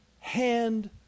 hand